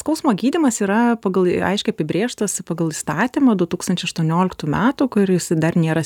skausmo gydymas yra pagal aiškiai apibrėžtas pagal įstatymą du tūkstančiai aštuonioliktų metų kuris dar nėra